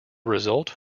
result